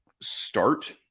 start